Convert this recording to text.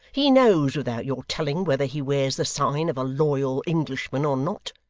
he knows, without your telling, whether he wears the sign of a loyal englishman or not